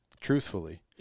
truthfully